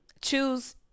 choose